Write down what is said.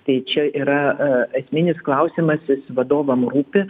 tai čia yra esminis klausimas jis vadovam rūpi